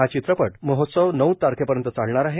हा चित्रपट महोत्सव नऊ तारखेपर्यंत चालणार आहे